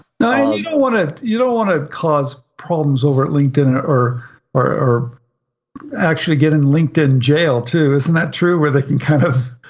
nah, and you don't wanna, you don't wanna cause problems over at linkedin or or actually get in linkedin jail, too, isn't that true? where they can kind of,